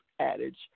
adage